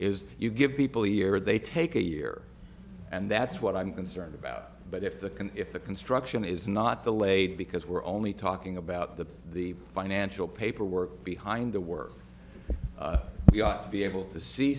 is you give people a year they take a year and that's what i'm concerned about but if the can if the construction is not the late because we're only talking about the the financial paperwork behind the work we ought to be able to see